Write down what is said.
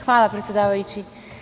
Hvala predsedavajući.